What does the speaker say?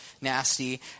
nasty